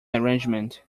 arrangement